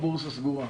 הבורסה סגורה.